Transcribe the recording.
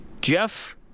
Jeff